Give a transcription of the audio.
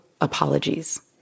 apologies